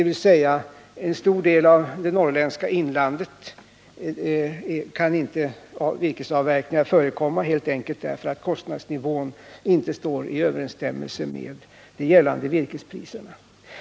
I en stor del av det norrländska inlandet kan sålunda virkesavverkningar inte förekomma helt enkelt därför att kostnadsnivån inte står i överensstämmelse med de gällande virkespriserna.